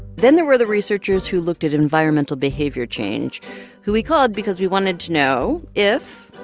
then there were the researchers who looked at environmental behavior change who we called because we wanted to know if,